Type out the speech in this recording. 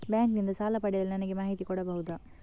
Bank ನಿಂದ ಸಾಲ ಪಡೆಯಲು ನನಗೆ ಮಾಹಿತಿ ಕೊಡಬಹುದ?